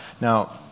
Now